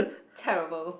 terrible